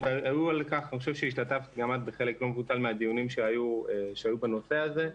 אני חושבת שהשתתפת גם את בחלק לא מבוטל מהדיונים שהיו בנושא הזה.